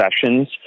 sessions